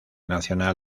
nacional